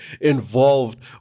involved